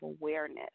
awareness